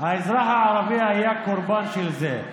האזרח הערבי היה קורבן של זה.